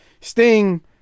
Sting